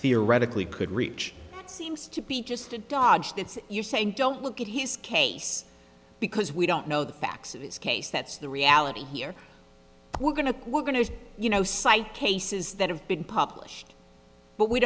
theoretically could reach seems to be just a dodge that's you're saying don't look at his case because we don't know the facts of this case that's the reality here we're going to we're going to you know cite cases that have been published but we